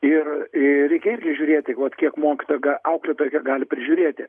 ir reikia irgi žiūrėti vat kiek mokytoja auklėtoja kiek gali prižiūrėti